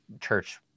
church